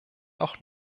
auch